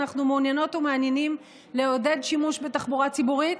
אנחנו מעוניינות ומעוניינים לעודד שימוש בתחבורה ציבורית.